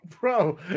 bro